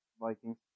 Vikings